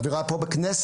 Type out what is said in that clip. האווירה פה בכנסת,